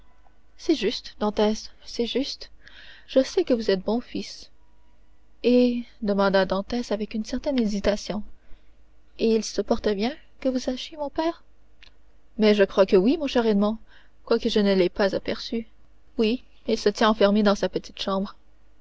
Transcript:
c'est juste dantès c'est juste je sais que vous êtes bon fils et demanda dantès avec une certaine hésitation et il se porte bien que vous sachiez mon père mais je crois que oui mon cher edmond quoique je ne l'aie pas aperçu oui il se tient enfermé dans sa petite chambre